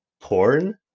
porn